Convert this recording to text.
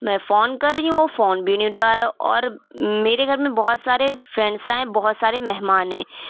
میں فون کر رہی ہوں وہ فون بھی نہیں اٹھا رہا ہے اور میرے گھر میں بہت سارے فرینڈس آئے ہیں بہت سارے مہمان ہیں